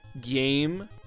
game